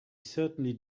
certainly